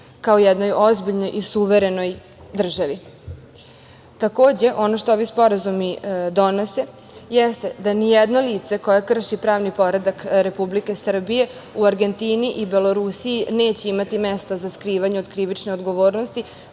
kao jednoj ozbiljnoj i suverenoj državi. Takođe, ono što ovi sporazumi donose jeste da nijedno lice koje krši pravni poredak Republike Srbije u Argentini i Belorusiji neće imati mesto za skrivanje od krivične odgovornosti,